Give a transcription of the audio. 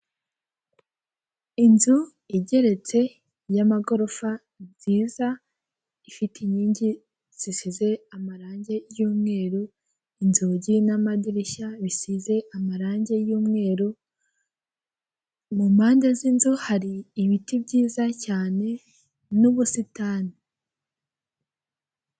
Inzu igeretse y'amagorofa nziza ifite inkingi zisize amarangi y'umweru, inzugi n'amadirishya bisize amarangi y'umweru, mu mpande z'inzu hari ibiti byiza cyane n'ubusitani.